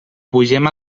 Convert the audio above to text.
pugem